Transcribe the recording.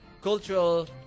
Cultural